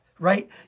right